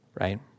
right